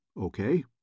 Okay